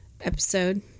episode